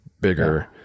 bigger